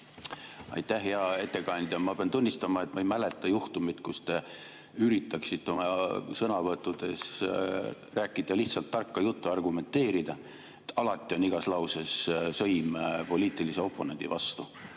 Aitäh! Hea ettekandja! Ma pean tunnistama, et ma ei mäleta juhtumit, kus te oleksite üritanud oma sõnavõttudes rääkida lihtsalt tarka juttu, argumenteerida. Alati on igas lauses sõim poliitilise oponendi vastu